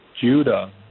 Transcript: Judah